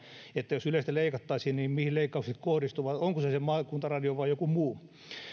että jos ylestä leikattaisiin mihin leikkaukset kohdistuvat onko se se maakuntaradio vai joku muu